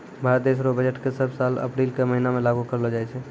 भारत देश रो बजट के सब साल अप्रील के महीना मे लागू करलो जाय छै